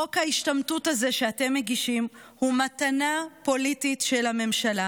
חוק ההשתמטות הזה שאתם מגישים הוא מתנה פוליטית של הממשלה